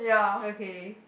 okay